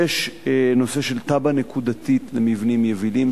ׁיש נושא של תב"ע נקודתית למבנים יבילים,